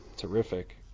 terrific